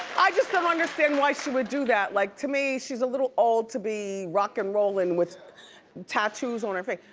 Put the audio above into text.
i just don't understand why she would do that. like to me, she's a little old to be rock and rollin' with tattoos on her face.